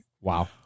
Wow